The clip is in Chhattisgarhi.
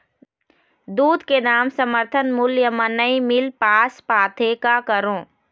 दूध के दाम समर्थन मूल्य म नई मील पास पाथे, का करों?